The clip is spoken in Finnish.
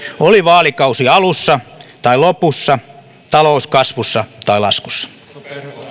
oli vaalikausi alussa tai lopussa talous kasvussa tai laskussa